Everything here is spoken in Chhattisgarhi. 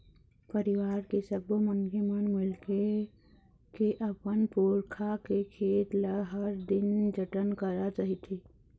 परिवार के सब्बो मनखे मन मिलके के अपन पुरखा के खेत ल हर दिन जतन करत रहिथे